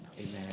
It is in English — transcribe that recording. Amen